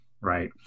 Right